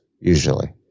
usually